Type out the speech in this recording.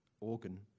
organ